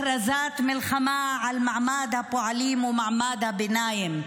הכרזת מלחמה על מעמד הפועלים ומעמד הביניים.